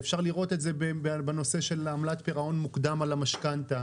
אפשר לראות את זה בנושא של עמלת פירעון מוקדם של המשכנתא,